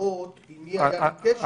לכן די ברור למה ראש השב"כ מתנגד לחוק